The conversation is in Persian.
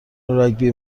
راگبی